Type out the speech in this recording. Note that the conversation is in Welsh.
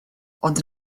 ond